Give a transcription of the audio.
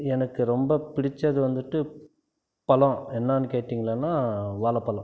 எனக்கு ரொம்ப பிடித்தது வந்துட்டு பழம் என்னான்னு கேட்டிங்களான்னா வாழை பழம்